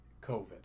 COVID